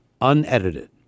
Unedited